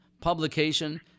publication